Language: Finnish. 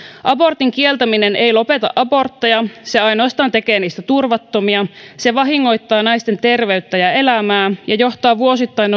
abortin kieltäminen ei lopeta abortteja se ainoastaan tekee niistä turvattomia se vahingoittaa naisten terveyttä ja elämää ja johtaa vuosittain